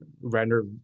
render